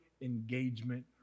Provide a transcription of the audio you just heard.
engagement